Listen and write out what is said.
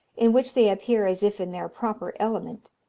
in which they appear as if in their proper element,